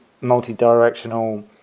multi-directional